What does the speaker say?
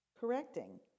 Correcting